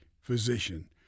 physician